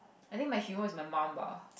I think my hero is my mum ba